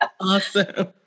Awesome